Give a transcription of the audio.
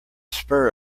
spur